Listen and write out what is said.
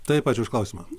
taip ačiū už klausimą